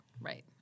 Right